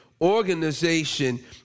organization